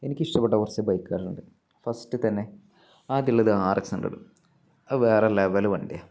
എനിക്കിഷ്ടപ്പെട്ട കുറച്ച് ബൈക്കുകളുണ്ട് ഫസ്റ്റ് തന്നെ ആദ്യമുള്ളത് ആർ എക്സ് ഹൻഡ്രഡ് അത് വേറെ ലെവല് വണ്ടിയാണ്